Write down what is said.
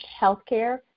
healthcare